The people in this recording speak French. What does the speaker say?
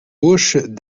bouches